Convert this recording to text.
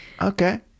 okay